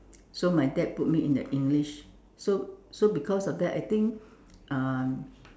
so my dad put me in the English so so because of that I think um